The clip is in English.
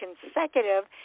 consecutive